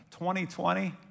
2020